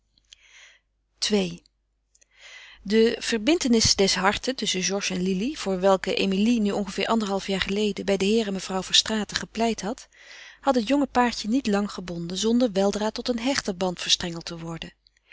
ii de verbintenis des harten tusschen georges en lili voor welke emilie nu ongeveer anderhalf jaar geleden bij den heer en mevrouw verstraeten gepleit had had het jonge paartje niet lang gebonden zonder weldra tot een hechter band verstrengeld te worden